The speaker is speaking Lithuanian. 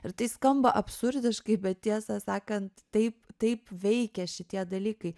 ir tai skamba absurdiškai bet tiesą sakant taip taip veikia šitie dalykai